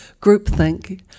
groupthink